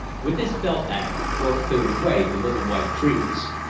with his belt ax, thorpe cleared away the little white trees.